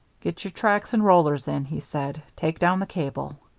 get your tracks and rollers in, he said. take down the cable.